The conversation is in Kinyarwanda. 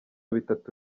bitatu